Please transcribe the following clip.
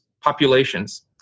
populations